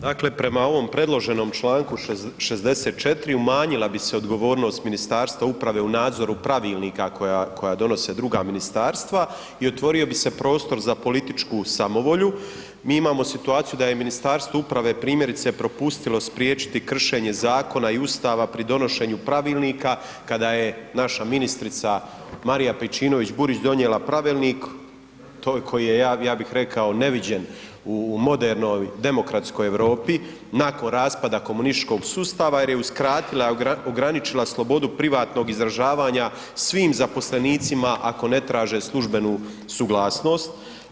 Dakle prema ovom predloženom članku 64. umanjila bi se odgovornost Ministarstva uprave u nadzoru pravilnika koja donose druga ministarstva i otvorio bi se prostor za političku samovolju, mi imamo situaciju da je Ministarstvo uprave primjerice propustilo spriječiti kršenje zakona i Ustava pri donošenju pravilnika kada je naša ministrica Marija Pejčinović Burić donijela pravilnik, toliko je ja bih rekao neviđen u modernoj demokratskoj Europi nakon raspada komunističkog sustava jer je uskratila, ograničila slobodu privatnog izražavanja svim zaposlenicima ako ne traže službenu suglasnost.